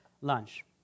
lunch